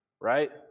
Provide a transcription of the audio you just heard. right